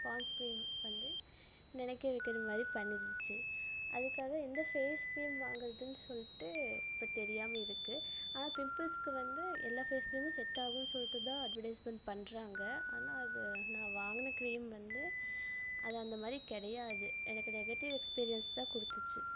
Pond's cream வந்து நினைக்க வைக்கிற மாதிரி பண்ணிடுச்சு அதுக்காக எந்த ஃபேஸ் க்ரீம் வாங்கிறதுன்னு சொல்லிட்டு இப்போ தெரியாமல் இருக்குது ஆனால் பிம்புல்ஸ்க்கு வந்து எல்லாம் ஃபேஸ் க்ரீமும் செட்டாகுன்னு சொல்லிட்டு தான் அட்வடைஸ்மண்ட் பண்ணுறாங்க ஆனால் அது நான் வாங்கின க்ரீம் வந்து அது அந்த மாதிரி கிடையாது எனக்கு நெகட்டிவ் எக்ஸ்பீரியன்ஸ் தான் கொடுத்துச்சு